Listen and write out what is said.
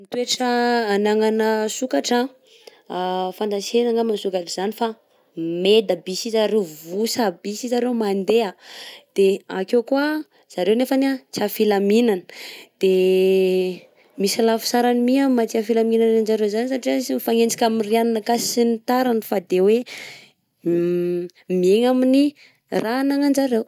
Toetra anagnana sokatra, fantantsena angamba sokatra zany fa meda by sy zareo vosa by sy zareo mandeha, de akeo koà zareo nefany an tia filaminana, de misy lafi-tsarany mi amin'ny maha tia filaminana anjareo zany satria tsy ifagnenjika amin'ny rianona akasy sy ny taroiny fa de hoe miegna amin'ny raha anagnanjareo.